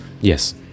Yes